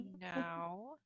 now